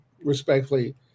respectfully